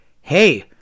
Hey